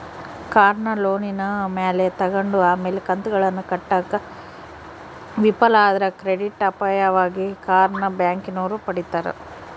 ಕಾರ್ನ ಲೋನಿನ ಮ್ಯಾಲೆ ತಗಂಡು ಆಮೇಲೆ ಕಂತುಗುಳ್ನ ಕಟ್ಟಾಕ ವಿಫಲ ಆದ್ರ ಕ್ರೆಡಿಟ್ ಅಪಾಯವಾಗಿ ಕಾರ್ನ ಬ್ಯಾಂಕಿನೋರು ಪಡೀತಾರ